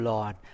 Lord